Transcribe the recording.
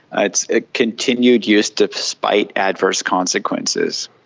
ah it's a continued use despite adverse consequences.